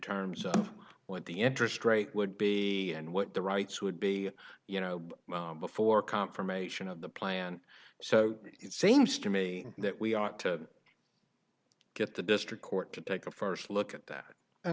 terms of what the interest rate would be and what the rights would be you know before confirmation of the plan so it seems to me that we ought to get the district court to take a first look at that